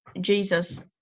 Jesus